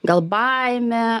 gal baimė